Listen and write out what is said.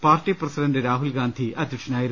party president Rahul Gandhi അധ്യ ക്ഷനായിരുന്നു